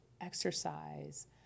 exercise